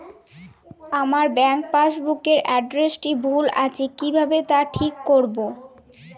আমার bank passbook এর এড্রেসটি ভুল আছে কিভাবে তা ঠিক করবো?